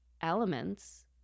elements